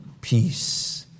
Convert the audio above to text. peace